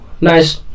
Nice